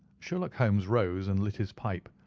sherlock holmes rose and lit his pipe.